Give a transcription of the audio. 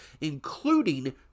including